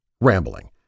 rambling